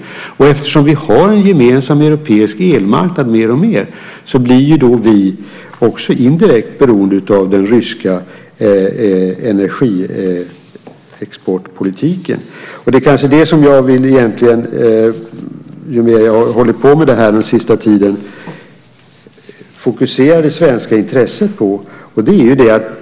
Eftersom vi mer och mer har en gemensam europeisk elmarknad blir vi också indirekt beroende av den ryska energiexportpolitiken. Det är kanske det som jag, ju mer jag hållit på med detta under den senaste tiden, vill fokusera det svenska intresset på.